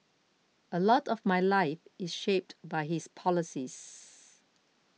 a lot of my life is shaped by his policies